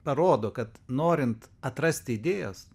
parodo kad norint atrasti idėjas